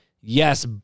Yes